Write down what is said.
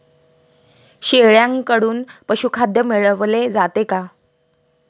शेळ्यांकडून पशुखाद्य मिळवले जाते का?